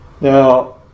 Now